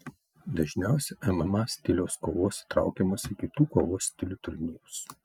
dažniausiai mma stiliaus kovos įtraukiamos į kitų kovos stilių turnyrus